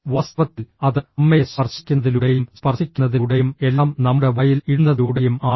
വാസ്തവത്തിൽ അത് അമ്മയെ സ്പർശിക്കുന്നതിലൂടെയും സ്പർശിക്കുന്നതിലൂടെയും എല്ലാം നമ്മുടെ വായിൽ ഇടുന്നതിലൂടെയും ആണ്